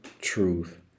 truth